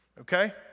Okay